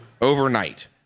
overnight